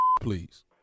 please